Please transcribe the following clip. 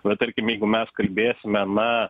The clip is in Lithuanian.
va tarkim jeigu mes kalbėsime na